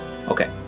Okay